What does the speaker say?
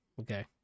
okay